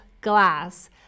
glass